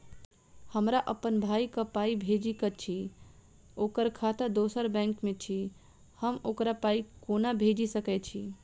हमरा अप्पन भाई कऽ पाई भेजि कऽ अछि, ओकर खाता दोसर बैंक मे अछि, हम ओकरा पाई कोना भेजि सकय छी?